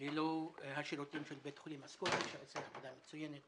ללא השירותים של בית החולים הסקוטי שעושה עבודה מצוינת